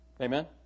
Amen